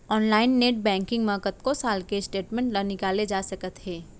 online net banking म कतको साल के स्टेटमेंट ल निकाले जा सकत हे